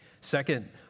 Second